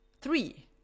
three